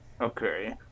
Okay